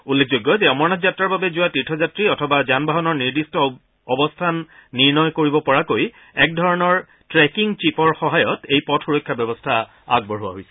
উল্লেখযোগ্য যে অমৰনাথ যাত্ৰাৰ বাবে যোৱা তীৰ্থযাত্ৰী অথবা যান বাহনৰ নিৰ্দিষ্ট অৱস্থান নিৰ্ণয় কৰিব পৰাকৈ এক ধৰণৰ ট্ৰেকিং চিপৰ সহায়ত এই পথ সুৰক্ষা ব্যৱস্থা আগবঢ়োৱা হৈছে